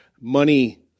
Money